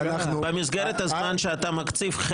מסגרת הזמן שאתה מקציב,